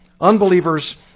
Unbelievers